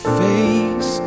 face